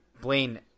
Blaine